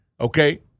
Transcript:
Okay